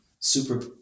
Super